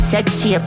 Sexy